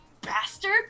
bastard